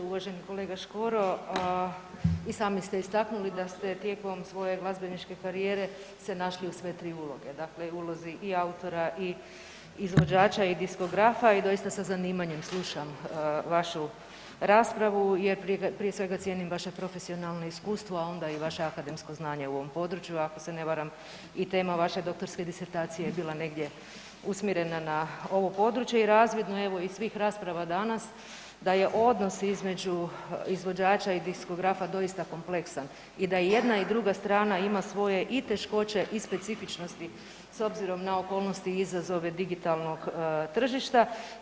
Uvaženi kolega Škoro, i sami ste istaknuli da ste tijekom svoje glazbeničke karijere se našli u sve tri uloge, dakle i u ulozi i autora i izvođača i diskografa i doista sa zanimanjem slušam vašu raspravu jer prije svega cijenim vaše profesionalno iskustvo, a onda i vaše akademsko znanje u ovom području, ako se ne varam i tema vaše doktorske disertacije je bila negdje usmjerena na ovo područje i razvidno je evo iz svih rasprava danas da je odnos između izvođača i diskografa doista kompleksan i da i jedna i druga strana ima svoje i teškoće i specifičnosti s obzirom na okolnosti i izazove digitalnog tržišta.